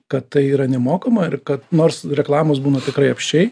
kad tai yra nemokama ir kad nors reklamos būna tikrai apsčiai